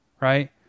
right